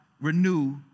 renew